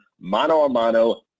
mano-a-mano